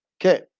Okay